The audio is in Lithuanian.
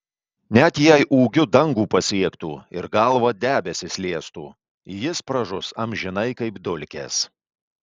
net jeigu ūgiu dangų pasiektų ir galva debesis liestų jis pražus amžinai kaip dulkės